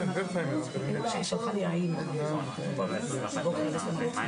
אנחנו כמובן נעדכן אתכם אבל התקדמנו